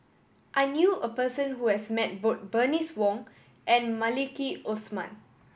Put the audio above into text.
I knew a person who has met both Bernice Wong and Maliki Osman